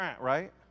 right